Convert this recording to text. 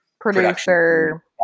producer